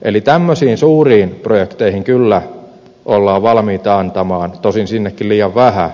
eli tämmöisiin suuriin projekteihin kyllä ollaan valmiita antamaan tosin sinnekin liian vähän